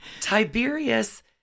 Tiberius